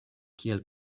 kiel